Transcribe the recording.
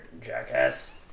jackass